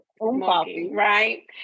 right